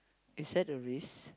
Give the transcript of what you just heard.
is that a risk